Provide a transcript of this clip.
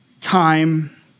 time